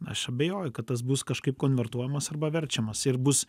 aš abejoju kad tas bus kažkaip konvertuojamas arba verčiamas ir bus